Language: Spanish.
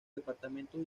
departamentos